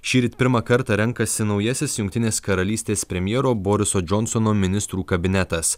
šįryt pirmą kartą renkasi naujasis jungtinės karalystės premjero boriso džonsono ministrų kabinetas